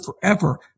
forever